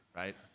right